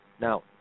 Now